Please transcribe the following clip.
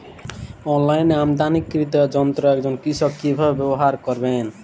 অনলাইনে আমদানীকৃত যন্ত্র একজন কৃষক কিভাবে ব্যবহার করবেন?